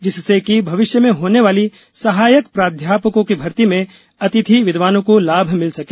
जिससे कि भविष्य में होने वाली सहायक प्राध्यापकों की भर्ती में अतिथि विद्वानों को लाभ मिल सके